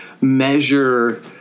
measure